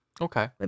Okay